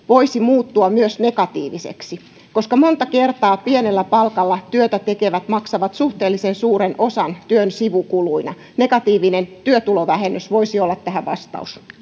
voisi muuttua myös negatiiviseksi koska monta kertaa pienellä palkalla työtä tekevät maksavat suhteellisen suuren osan työn sivukuluina negatiivinen työtulovähennys voisi olla tähän vastaus